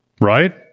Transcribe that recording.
Right